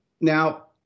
Now